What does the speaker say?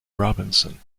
robinson